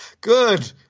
Good